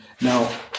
Now